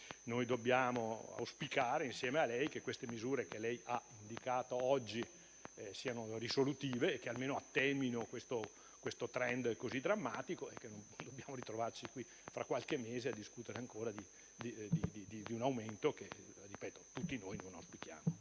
dovremmo auspicare che queste misure che lei ha indicato oggi siano risolutive e che almeno attenuino un *trend* così drammatico, in modo da non ritrovarci qui fra qualche mese a discutere ancora di un aumento che tutti noi non auspichiamo.